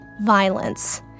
Violence